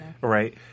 Right